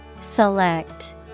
Select